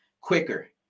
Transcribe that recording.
quicker